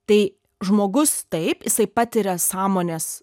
tai žmogus taip jisai patiria sąmonės